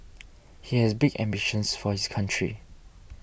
he has big ambitions for his country